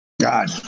God